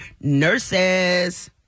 nurses